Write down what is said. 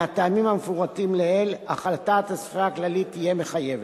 מהטעמים המפורטים לעיל החלטת האספה הכללית תהיה מחייבת.